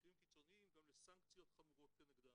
ובמקרים קיצוניים גם לסנקציות חמורות כנגדם.